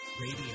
Radio